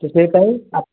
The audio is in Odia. ସେଥିପାଇଁ ଆପଣ